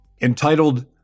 entitled